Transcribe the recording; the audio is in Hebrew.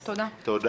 תודה.